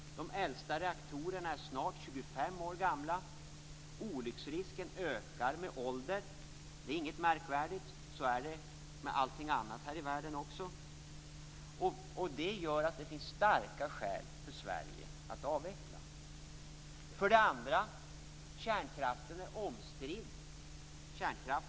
De äldsta reaktorerna är snart 25 år gamla. Olycksrisken ökar med ålder. Det är inget märkvärdigt. Så är det med allting annat här i världen också. Det gör att det finns starka skäl för Sverige att avveckla. För det andra är kärnkraften omstridd.